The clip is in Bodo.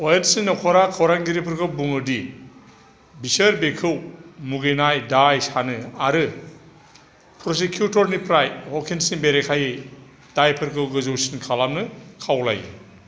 अ'वेन्सनि न'खरा खौरांगिरिफोरखौ बुङो दि बिसोर बेखौ मुगैनाय दाय सानो आरो प्रसिकिउटरनिफ्राय ह'किन्सनि बेरेखायै दायफोरखौ गोजौसिन खालामनो खावलायो